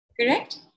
Correct